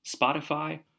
Spotify